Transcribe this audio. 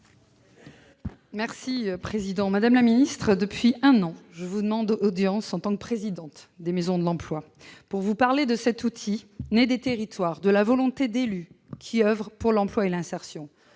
Depuis un an, madame le ministre, je vous demande audience en tant que présidente des maisons de l'emploi, pour vous parler de cet outil, né des territoires, de la volonté d'élus qui oeuvrent pour l'emploi et l'insertion.